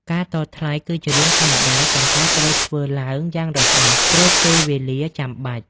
ការតថ្លៃគឺជារឿងធម្មតា ប៉ុន្តែត្រូវធ្វើឡើងយ៉ាងរហ័ស ព្រោះពេលវេលាចាំបាច់។